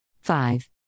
Five